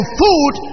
food